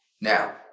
Now